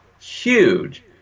huge